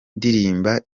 ndirimba